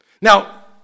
Now